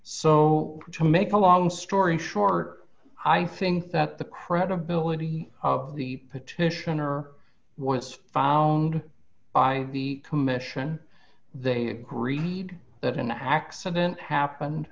so to make a long story short i think that the credibility of the petitioner wants found by the commission they agreed that an accident happened